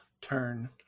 turn